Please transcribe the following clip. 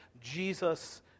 Jesus